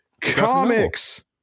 comics